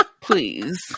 Please